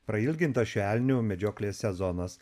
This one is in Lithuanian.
prailgintas šių elnių medžioklės sezonas